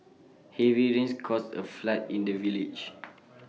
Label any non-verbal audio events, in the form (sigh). heavy rains caused A flood in the village (noise)